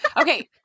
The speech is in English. okay